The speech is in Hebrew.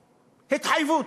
התחייבות,